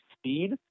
speed